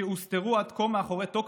שהוסתרו עד כה מאחורי טוקבקים,